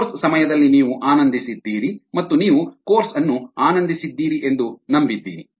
course ಸಮಯದಲ್ಲಿ ನೀವು ಆನಂದಿಸಿದ್ದೀರಿ ಮತ್ತು ನೀವು ಕೋರ್ಸ್ ಅನ್ನು ಆನಂದಿಸಿದ್ದೀರಿ ಎಂದು ನಂಬಿದ್ದೀನಿ